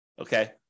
okay